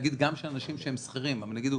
גם של אנשים שהם שכירים נגיד שהוא